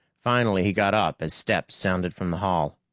finally he got up as steps sounded from the hall.